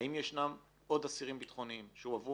האם ישנם עוד אסירים ביטחוניים שהועברו